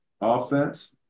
offense